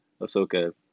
Ahsoka